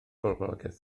boblogaeth